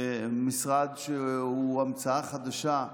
משרד שהוא המצאה חדשה,